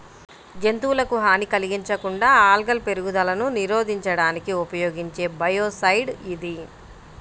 జంతువులకు హాని కలిగించకుండా ఆల్గల్ పెరుగుదలను నిరోధించడానికి ఉపయోగించే బయోసైడ్ ఇది